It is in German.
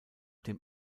dem